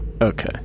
Okay